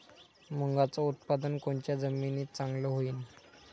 मुंगाचं उत्पादन कोनच्या जमीनीत चांगलं होईन?